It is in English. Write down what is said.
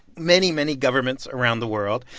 many, many governments around the world.